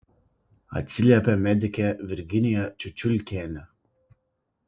atsiliepė medikė virginija čiučiulkienė